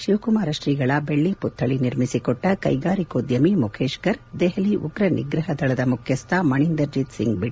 ಶಿವಕುಮಾರ ಶ್ರೀಗಳ ಬೆಳ್ಳಿ ಪುತ್ವಳಿ ಮಾಡಿಸಿಕೊಟ್ಟ ಕೈಗಾರಿಕಾದ್ಯೋಮಿ ಮುಖೇಶ್ ಗರ್ಗ್ ದೆಹಲಿ ಉಗ್ರ ನಿಗ್ರಹ ದಳದ ಮುಖ್ಯಸ್ಥ ಮಣೇಂದರ್ಜೀತ್ಸಿಂಗ್ ಬಿಟ್ಟ